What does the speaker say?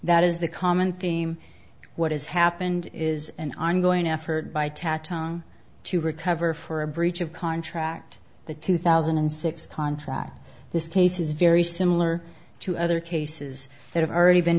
that is the common theme what has happened is an ongoing effort by tatton to recover for a breach of contract the two thousand and six contract this case is very similar to other cases that have already been